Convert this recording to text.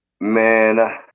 Man